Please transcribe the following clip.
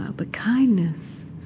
ah but kindness.